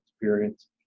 experience